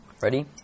Ready